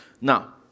Now